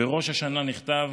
בראש השנה נכתב